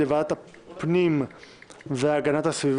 להעביר את ההצעה לסדר-היום לוועדת הפנים והגנת הסביבה,